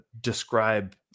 describe